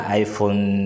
iPhone